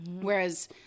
whereas